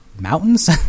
mountains